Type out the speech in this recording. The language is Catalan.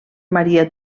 maria